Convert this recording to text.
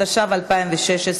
התשע"ו 2016,